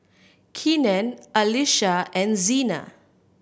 Kenan Alysha and Zena